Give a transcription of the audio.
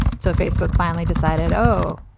so facebook finally decided, oh,